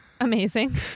Amazing